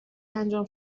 انجام